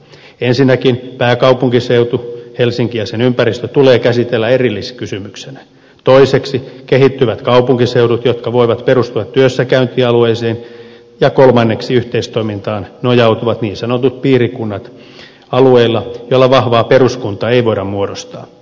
ensinnäkin pääkaupunkiseutu helsinki ja sen ympäristö tulee käsitellä erilliskysymyksenä toiseksi kehittyvät kaupunkiseudut jotka voivat perustua työssäkäyntialueisiin ja kolmanneksi yhteistoimintaan nojautuvat niin sanotut piirikunnat alueilla joilla vahvaa peruskuntaa ei voida muodostaa